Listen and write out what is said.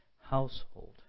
household